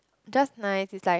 just nice is like